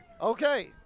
Okay